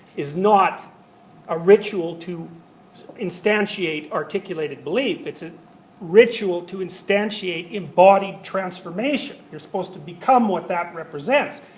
is not a ritual to instantiate articulated belief. it's a ritual to instantiate embodied transformation. you're supposed to become what that represents.